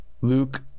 Luke